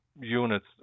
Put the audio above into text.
units